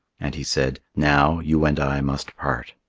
and he said, now, you and i must part.